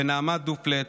ונעמה דופלט,